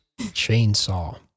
Chainsaw